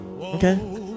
Okay